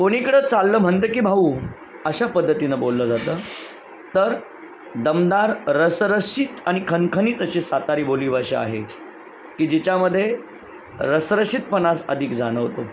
कोणीकडं चाललं म्हनतं की भाऊ अशा पद्धतीनं बोललं जातं तर दमदार रसरशीत आणि खणखणीत अशी सातारी बोलीभाषा आहे की जिच्यामध्ये रसरशितपणाच अधिक जाणवतो